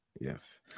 yes